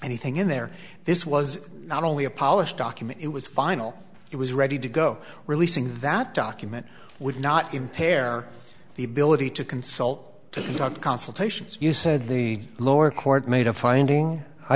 anything in there this was not only a polished document it was final it was ready to go releasing that document would not impair the ability to consult to talk consultations you said the lower court made a finding i